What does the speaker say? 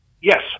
Yes